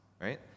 right